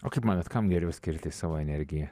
o kaip manot kam geriau skirti savo energiją